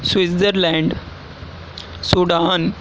Switzerland Sudan